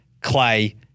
Clay